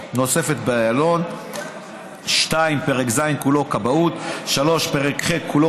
נוספת באיילון); 2. פרק ז' כולו (כבאות); 3. פרק ח' כולו